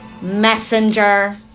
messenger